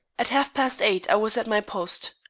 at half past eight i was at my post.